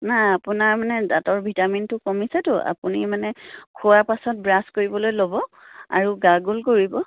নাই আপোনাৰ মানে দাঁতৰ ভিটামিনটো কমিছেতো আপুনি মানে খোৱাৰ পাছত ব্ৰাছ কৰিবলৈ ল'ব আৰু গাৰ্গল কৰিব